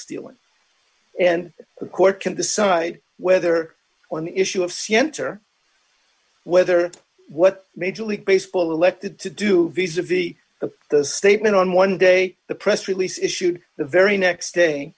dealing and the court can decide whether on the issue of c enter whether what major league baseball elected to do viz of the of the statement on one day the press release issued the very next day